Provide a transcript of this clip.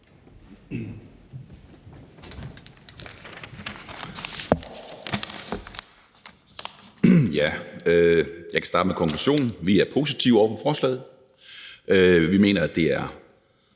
Jeg kan starte med konklusionen: Vi er positive over for forslaget. Vi mener, at det er